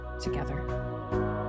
together